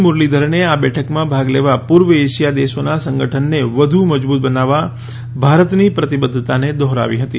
મુરલીધરને આ બેઠકમાં ભાગ લેવા પૂર્વ એશિયા દેશોના સંગઠનને વધુ મજબૂત બનાવવા ભારતની પ્રતિબધ્ધતાને દોહરાવી હતી